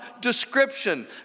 description